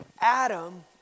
Adam